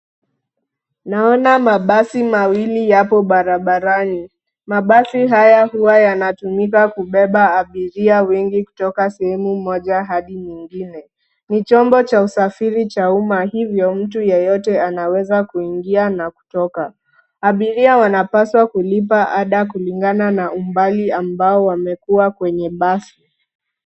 Naona mabasi mawili yapo barabarani. Mabasi haya huwa yanatumika kubeba abiria wengi kutoka sehemu moja hadi nyingine. Ni chombo cha usafiri cha umma hivyo mtu yeyote anaweza kuingia na kutoka. Abiria wanapaswa kulipa ada kulingana na umbali ambao wamekuwa kwenye basi.